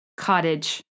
Cottage